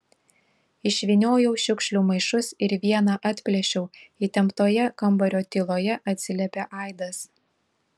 išvyniojau šiukšlių maišus ir vieną atplėšiau įtemptoje kambario tyloje atsiliepė aidas